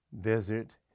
desert